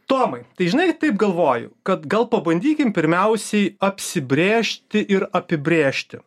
tomai tai žinai taip galvoju kad gal pabandykim pirmiausiai apsibrėžti ir apibrėžti